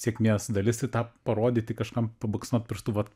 sėkmės dalis tai tą parodyti kažkam pabaksnot pirštu vat